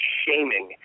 shaming